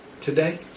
Today